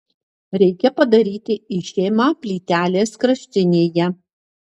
reikia padaryti išėmą plytelės kraštinėje